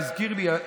מזכיר לי,